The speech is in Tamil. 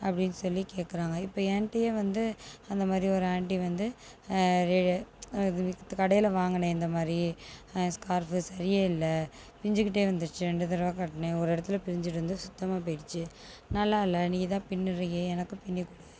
அப்படினு சொல்லி கேட்குறாங்க இப்போ ஏன்டயே வந்து அந்தமாதிரி ஒரு ஆன்ட்டி வந்து இது கடையில் வாங்குன இந்தமாதிரி ஸ்காஃர்ப் சரியே இல்லை பிஞ்சுக்கிட்டே வந்துடுச்சு ரெண்டு தடவை கட்டினே ஒரு இடத்துல பிரிச்சுட்டு சுத்தமாக போயிடிச்சி நல்லா இல்லை நீதான் பின்னுறியே எனக்கும் பின்னி கொடு